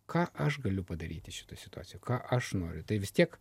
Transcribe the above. ką aš galiu padaryti šitoj situacijoj ką aš noriu tai vis tiek